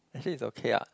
actually it's okay ah